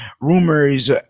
rumors